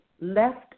left